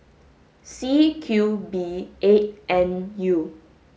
C Q B eight N U